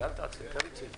הישיבה ננעלה בשעה